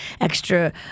extra